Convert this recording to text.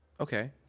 Okay